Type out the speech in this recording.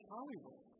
Hollywood